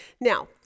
Now